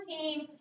team